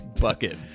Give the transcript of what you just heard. bucket